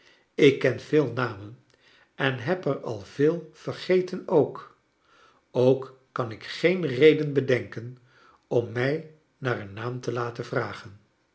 ik ken veel namen en heb er al veel vergeten ook ook kan ik geen reden bedenken om mij naar een naam te laten vragen